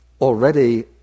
already